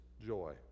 joy